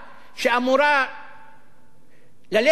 שאמורה ללכת